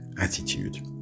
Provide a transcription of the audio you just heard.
attitude